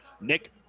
Nick